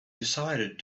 decided